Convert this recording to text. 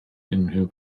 unrhyw